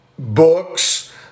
Books